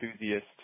enthusiast